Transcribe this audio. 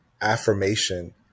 affirmation